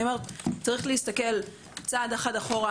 צריך להסתכל צעד אחד אחורה,